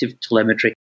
telemetry